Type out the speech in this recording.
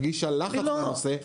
הרגישה לחץ בנושא.